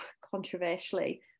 controversially